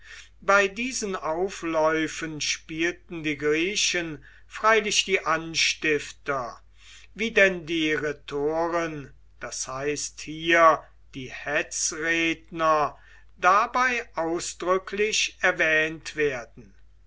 bei diesen aufläufen spielten die griechen freilich die anstifter wie denn die rhetoren das heißt hier die hetzredner dabei ausdrücklich erwähnt werden